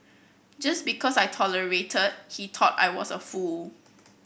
just because I tolerated he thought I was a fool